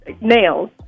nails